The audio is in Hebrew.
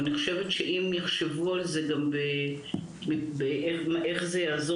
אם יחשבו איך זה יעזור